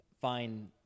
find